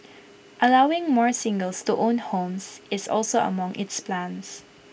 allowing more singles to own homes is also among its plans